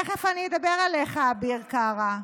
תכף אדבר עליך, אביר קארה.